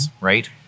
right